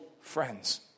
friends